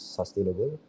sustainable